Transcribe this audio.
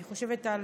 אני חושבת על